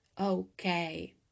okay